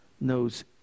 knows